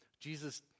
Jesus